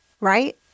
right